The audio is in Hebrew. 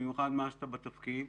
במיוחד מאז אתה בתפקיד,